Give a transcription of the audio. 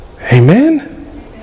Amen